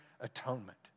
atonement